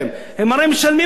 הם הרי משלמים על הרווחים.